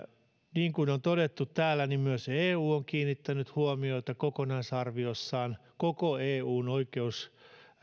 niin kuin on todettu täällä myös eu on kiinnittänyt huomiota kokonaisarviossaan koko eun